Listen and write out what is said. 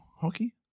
hockey